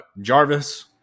Jarvis